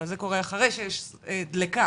אבל זה קורה אחרי שיש דליקה,